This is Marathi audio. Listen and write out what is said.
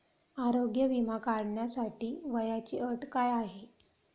आरोग्य विमा काढण्यासाठी वयाची अट काय आहे?